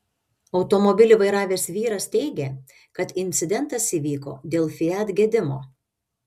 automobilį vairavęs vyras teigė kad incidentas įvyko dėl fiat gedimo